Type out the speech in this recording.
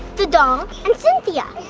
the doll, and cynthia.